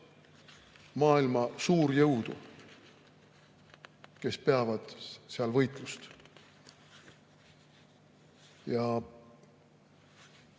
maailma suurjõudu, kes peavad seal võitlust.